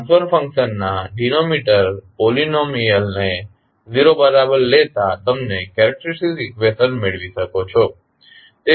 transfer ફંક્શનના denominator polynomial ને 0 બરાબર લેતા તમે કેરેક્ટેરીસ્ટીક ઇકવેશન મેળવી શકો છો